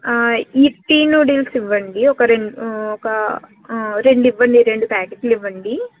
ఇప్పీ noodles ఇవ్వండి ఒక రెండు ఒక రెండింవ్వండి రెండు ప్యాకెట్లివ్వండి